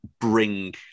bring